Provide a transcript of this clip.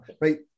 right